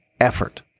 effort